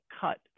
cut